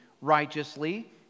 righteously